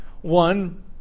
one